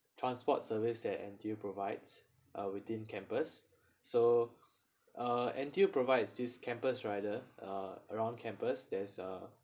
transport service that N_T_U provides uh within campus so uh N_T_U provides this campus rider uh around campus there's a